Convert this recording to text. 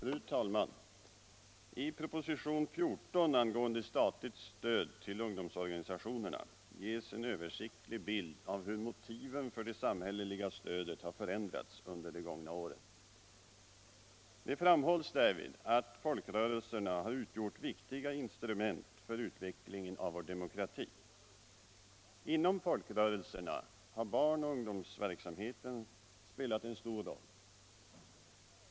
Fru talman! I propositionen 14 om statligt stöd till ungdomsorganisationerna ges en översiktlig bild av hur motiven till det samhälleliga stödet har förändrats under de gångna åren. Det framhålls därvid att folkrörelserna har utgjort viktiga instrument för utvecklingen av vår demokrati. Inom folkrörelserna har barnoch ungdomsverksamheten spelat en stor roll.